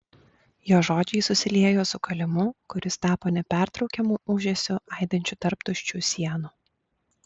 jo žodžiai susiliejo su kalimu kuris tapo nepertraukiamu ūžesiu aidinčiu tarp tuščių sienų